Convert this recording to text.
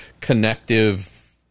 connective